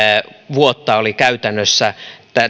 vuotta oli käytännössä